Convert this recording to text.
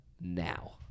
Now